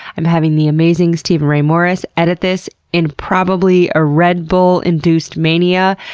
i'm having the amazing steven ray morris edit this in probably a redbull-induced mania.